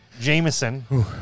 Jameson